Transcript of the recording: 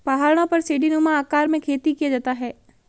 पहाड़ों पर सीढ़ीनुमा आकार में खेती किया जाता है